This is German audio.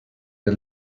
der